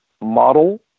model